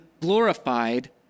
glorified